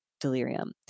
delirium